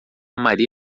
maria